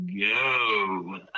go